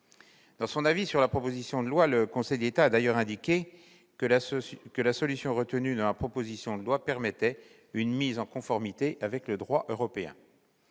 Dans son avis sur la proposition de loi, le Conseil d'État a d'ailleurs indiqué que la solution retenue dans celle-ci permettrait une mise en conformité avec le droit européen.